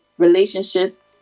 relationships